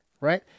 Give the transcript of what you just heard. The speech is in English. right